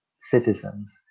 citizens